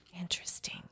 interesting